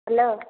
hello